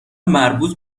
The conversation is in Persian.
مربوط